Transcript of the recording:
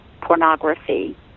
pornography